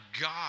God